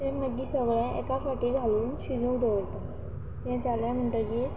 ते मागीर सगळें एका फावटी घालून शिजोवूंक दवरतात तें जालें म्हणटकच